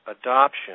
adoption